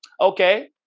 Okay